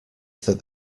that